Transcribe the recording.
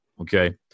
Okay